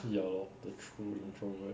ya lor the true introvert